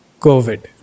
COVID